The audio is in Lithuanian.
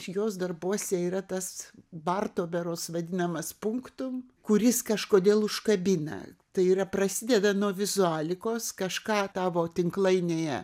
jos darbuose yra tas barto berods vadinamas punktum kuris kažkodėl užkabina tai yra prasideda nuo vizualikos kažką tavo tinklainėje